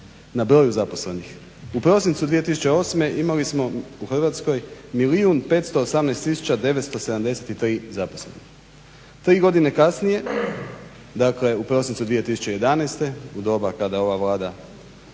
na broju zaposlenih? U prosincu 2008. imali smo u Hrvatskoj milijun 518 tisuća 973 zaposlena. Tri godine kasnije, dakle u prosincu 2011. u doba kada ova Vlada